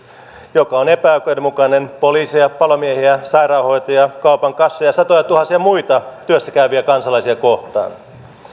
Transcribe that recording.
joka on epäoikeudenmukainen poliiseja palomiehiä sairaanhoitajia kaupan kassoja satojatuhansia muita työssä käyviä kansalaisia kohtaan